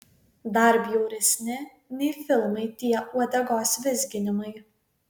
dar bjauresni nei filmai tie uodegos vizginimai